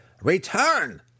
Return